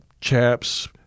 chaps